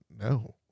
no